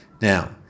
Now